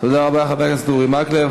תודה רבה, חבר הכנסת אורי מקלב.